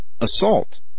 Assault